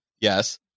Yes